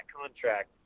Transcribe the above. contract